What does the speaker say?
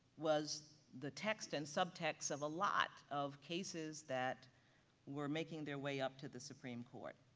was the text and subtext of a lot of cases that were making their way up to the supreme court.